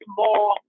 more